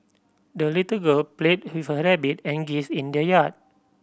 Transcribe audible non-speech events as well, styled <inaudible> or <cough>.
the little girl played <unintelligible> her rabbit and geese in the yard